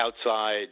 outside